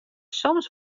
soms